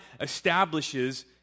establishes